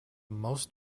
most